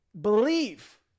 Believe